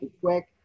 quick